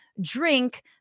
drink